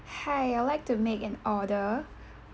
hi I would like to make an order